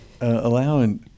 allowing